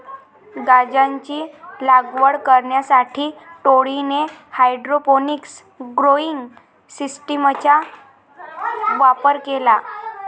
गांजाची लागवड करण्यासाठी टोळीने हायड्रोपोनिक्स ग्रोइंग सिस्टीमचा वापर केला